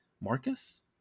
Marcus